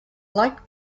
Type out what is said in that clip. like